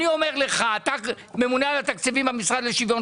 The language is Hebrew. אני אומר לך אתה ממונה על התקציבים במשרד לשוויון